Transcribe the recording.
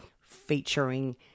featuring